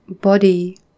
body